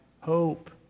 hope